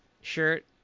shirt